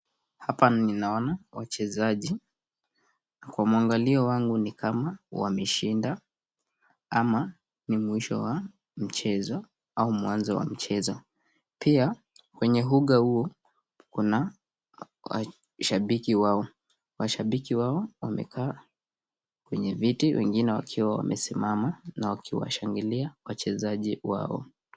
Hapa ninaona wachezaji, Kwa mwangalio wangu ni kama wameshinda, ama ni mwisho wa mchezo au mwanzo wa mchezo . Pia kwenye huga huu kuna mashabiki wao. Washabiki wao wamekaa kwenye viti wengine wakiwa wamesimama na kuwashangilia wachezaji wao.